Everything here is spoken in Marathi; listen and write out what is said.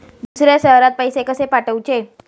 दुसऱ्या शहरात पैसे कसे पाठवूचे?